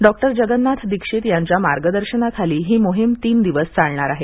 डॉ जगन्नाथ दीक्षित यांच्या मार्गदर्शनाखाली ही मोहीम तीन दिवस चालणार आहे